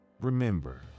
Remember